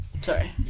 Sorry